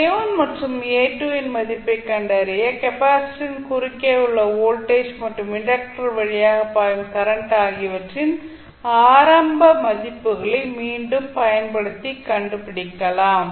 A1 மற்றும் A2 இன் மதிப்பைக் கண்டறிய கெப்பாசிட்டரின் குறுக்கே உள்ள வோல்டேஜ் மற்றும் இண்டக்டர் வழியாக பாயும் கரண்ட் ஆகியவற்றின் ஆரம்ப மதிப்புகளை மீண்டும் பயன்படுத்தி கண்டுபிடிக்கலாம்